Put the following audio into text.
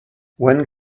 when